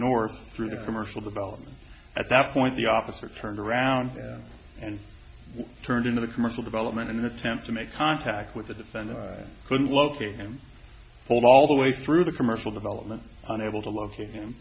north through the commercial development at that point the officer turned around and turned into the commercial development in an attempt to make contact with the defendant couldn't locate him pulled all the way through the commercial development unable to locate him